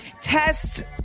tests